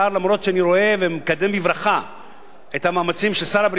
אף-על-פי שאני רואה ומקדם בברכה את המאמצים של שר הבריאות,